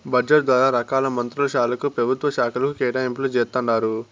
budget ద్వారా రకాల మంత్రుల శాలకు, పెభుత్వ శాకలకు కేటాయింపులు జేస్తండారు